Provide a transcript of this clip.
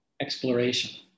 exploration